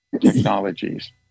technologies